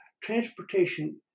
transportation